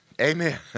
Amen